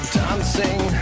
dancing